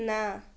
ନାଁ